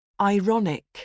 Ironic